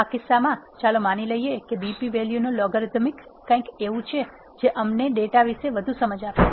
આ કિસ્સામાં ચાલો માની લઈએ કે બીપી વેલ્યુનો લોગરીધમ કંઈક એવું છે જે અમને ડેટા વિશે વધુ સમજ આપે છે